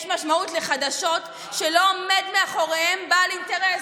יש משמעות לחדשות שלא עומד מאחוריהן בעל אינטרס,